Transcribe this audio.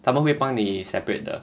他们会帮你 separate 的